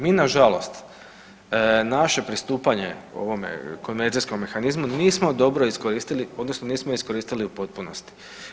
Mi nažalost, naše pristupanje ovome konverzijskom mehanizmu nismo dobro iskoristili odnosno nismo iskoristili u potpunosti.